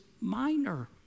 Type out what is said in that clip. minor